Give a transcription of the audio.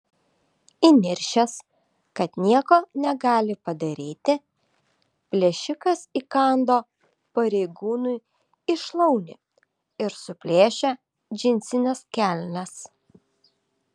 įniršęs kad nieko negali padaryti plėšikas įkando pareigūnui į šlaunį ir suplėšė džinsines kelnes